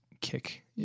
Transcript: kick